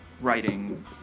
writing